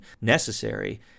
necessary